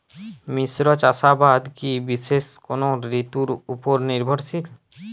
মিশ্র চাষাবাদ কি বিশেষ কোনো ঋতুর ওপর নির্ভরশীল?